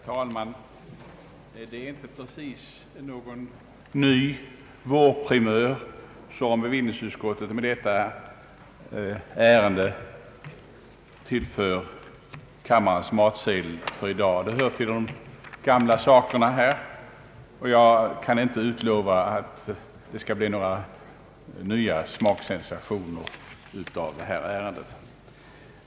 Herr talman! Det är inte precis någon ny vårprimör som bevillningsutskottet med detta ärende tillför kammarens matsedel i dag. Det hör till de gamla sakerna, och jag kan inte utlova några nya smaksensationer i ärendet.